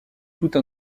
toute